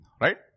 right